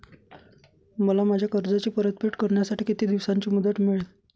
मला माझ्या कर्जाची परतफेड करण्यासाठी किती दिवसांची मुदत मिळेल?